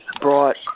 Brought